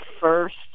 first